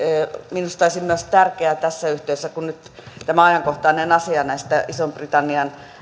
minusta olisi myös tärkeää tässä yhteydessä kun nyt tämä ajankohtainen asia näistä ison britannian